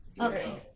Okay